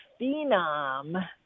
phenom